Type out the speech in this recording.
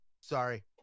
Sorry